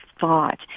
thought